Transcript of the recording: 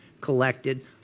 collected